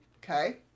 Okay